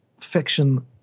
fiction